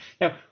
Now